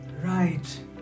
Right